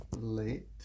late